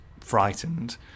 frightened